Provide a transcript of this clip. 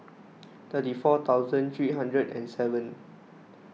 thirty four thousand three hundred and seven